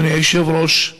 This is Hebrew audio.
אדוני היושב-ראש.